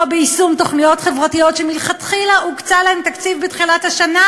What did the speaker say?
ביישום תוכניות חברתיות שמלכתחילה הוקצה להן תקציב בתחילת השנה,